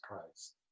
Christ